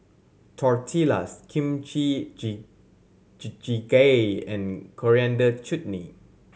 Tortillas Kimchi gee gee Jjigae and Coriander Chutney